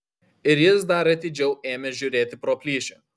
ir jis dar atidžiau ėmė žiūrėti pro plyšį